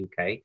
UK